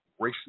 Racist